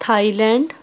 Thailand